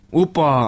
upa